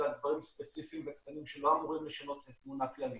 זה על דברים ספציפיים וקטנים שלא אמורים לשנות את התמונה הכללית.